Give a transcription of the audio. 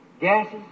gases